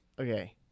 Okay